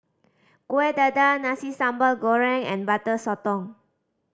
Kueh Dadar Nasi Sambal Goreng and Butter Sotong